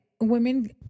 women